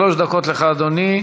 שלוש דקות לך, אדוני.